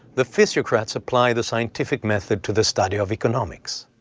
the physiocrats apply the scientific method to the study of economics.